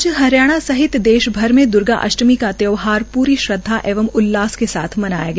आज हरियाणा सहित देशभर में द्र्गा अष्टमी का त्यौहार पूरी श्रद्वा एवं उल्लास के साथ मनाया गया